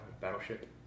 Battleship